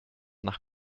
nach